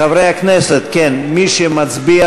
חברי הכנסת, מי שמצביע